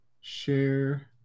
Share